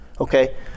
Okay